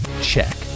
check